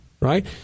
Right